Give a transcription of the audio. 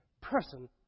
person